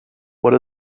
what